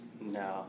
no